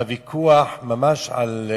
הוויכוח על,